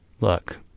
Look